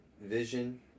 Vision